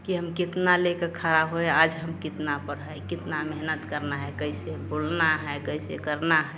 कि हम केतना ले कर खड़ा हुए आज हम कितना बढई कितना मेहनत करना है कैसे बढ़ना है कैसे करना है